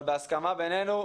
אבל בהסכמה בינינו,